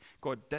God